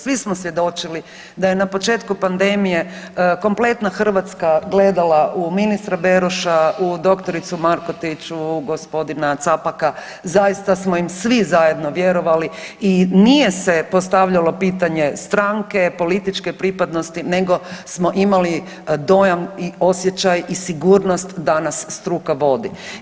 Svi smo svjedočili da je na početku pandemije kompletna Hrvatska gledala u ministra Beroša, u doktoricu Markotić, u gospodina Capaka, zaista smo im svi zajedno vjerovali i nije se postavljalo pitanje stranke, političke pripadnosti nego smo imali dojam i osjećaj i sigurnost da nas struka vodi.